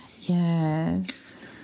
Yes